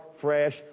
fresh